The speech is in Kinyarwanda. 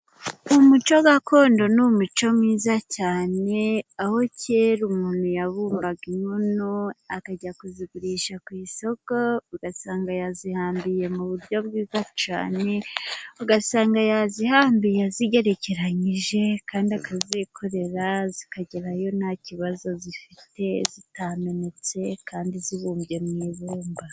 Umuco gakondo ni umuco mwiza cyane, aho kera umuntu yabumbaga inkono akajya kuzigurisha ku isoko, ugasanga yazihambiye mu buryo bwiza cyane, ugasanga yazihambiye zigerekeranyije, kandi akazikorera, zikagerayo nta kibazo zifite zitamenetse, kandi zibumbye mu ibumba.